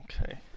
Okay